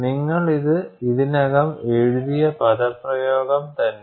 നിങ്ങൾ ഇത് ഇതിനകം എഴുതിയ പദപ്രയോഗം തന്നെ